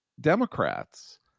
Democrats